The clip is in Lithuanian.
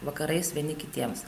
vakarais vieni kitiems